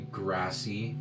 grassy